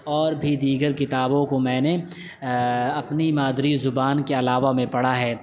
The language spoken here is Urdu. اور بھی دیگر کتابوں کو میں نے اپنی مادری زبان کے علاوہ میں پڑھا ہے